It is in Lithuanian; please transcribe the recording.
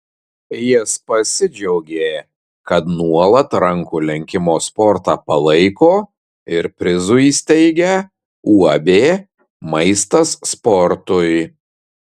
jis pasidžiaugė kad nuolat rankų lenkimo sportą palaiko ir prizų įsteigia uab maistas sportui